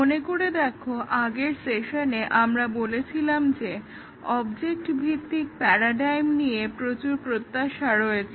মনে করে দেখো আগের সেশনে আমরা বলেছিলাম যে অবজেক্ট ভিত্তিক প্যারাডাইম নিয়ে প্রচুর প্রত্যাশা রয়েছে